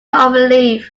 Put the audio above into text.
overleaf